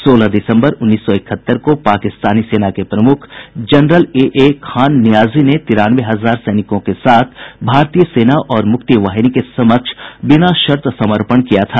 सोलह दिसम्बर उन्नीस सौ इकहत्तर को पाकिस्तानी सेना के प्रमुख general A A Khan Niazi ने तिरानवे हजार सैनिकों के साथ भारतीय सेना और मुक्ति वाहिनी के समक्ष बिना शर्त समर्पण किया था